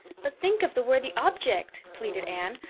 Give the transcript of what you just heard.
but think of the worthy object, pleaded anne.